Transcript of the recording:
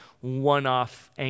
one-off